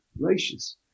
Gracious